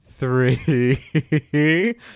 Three